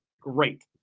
great